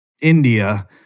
India